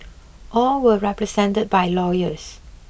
all were represented by lawyers